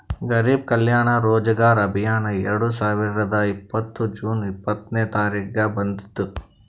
ಗರಿಬ್ ಕಲ್ಯಾಣ ರೋಜಗಾರ್ ಅಭಿಯಾನ್ ಎರಡು ಸಾವಿರದ ಇಪ್ಪತ್ತ್ ಜೂನ್ ಇಪ್ಪತ್ನೆ ತಾರಿಕ್ಗ ಬಂದುದ್